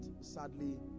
Sadly